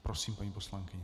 Prosím, paní poslankyně.